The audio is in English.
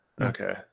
okay